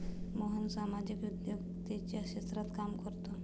मोहन सामाजिक उद्योजकतेच्या क्षेत्रात काम करतो